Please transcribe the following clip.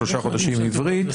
שלושה חודשים עברית,